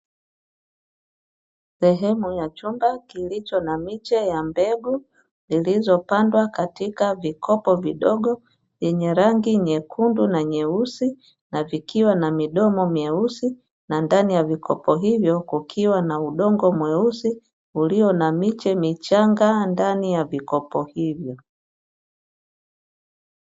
Sehemu ya chumba kilicho na miche ya mbegu zilizopandwa katika vikopo vidogo, vyenye rangi nyekundu na nyeusi na vikiwa na midomo myeusi, na ndani ya vikopo hivyo kukiwa na udongo mweusi ulio na miche michanga ndani ya vikopo hivyo.